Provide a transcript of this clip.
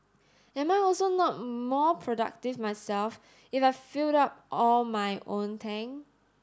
am I also not more productive myself if I filled up all my own tank